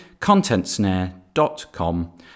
contentsnare.com